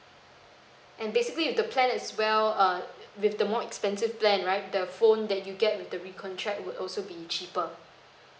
and basically with the plan as well uh with the more expensive plan right the phone that you get with the recontract would also be cheaper